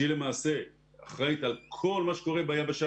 שהיא למעשה אחראית על כל מה שקורה ביבשה,